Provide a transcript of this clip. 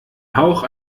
hauch